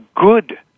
good